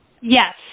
Yes